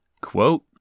Quote